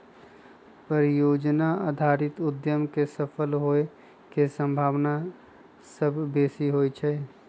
परिजोजना आधारित उद्यम के सफल होय के संभावना सभ बेशी होइ छइ